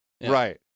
Right